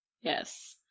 yes